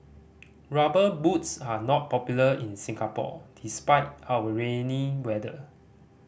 Rubber Boots are not popular in Singapore despite our rainy weather